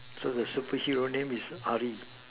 so the superhero name is Ali